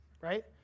right